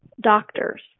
doctors